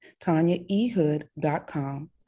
TanyaEHood.com